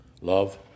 Love